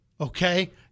okay